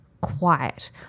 quiet